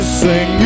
sing